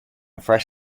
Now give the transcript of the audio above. fresh